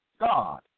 God